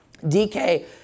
DK